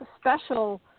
special